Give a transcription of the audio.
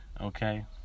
okay